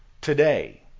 today